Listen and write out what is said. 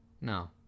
No